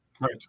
Right